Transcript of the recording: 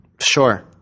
Sure